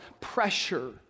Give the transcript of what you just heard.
pressure